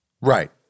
Right